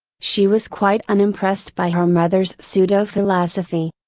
she was quite unimpressed by her mother's pseudo philosophy.